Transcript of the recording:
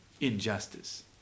injustice